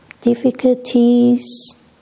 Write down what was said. difficulties